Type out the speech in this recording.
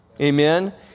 Amen